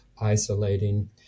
isolating